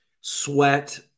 sweat